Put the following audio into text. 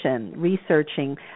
researching